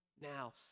now